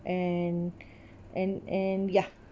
and and and ya